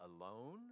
alone